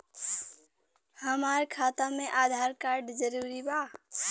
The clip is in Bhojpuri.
हमार खाता में आधार कार्ड जरूरी बा?